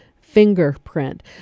fingerprint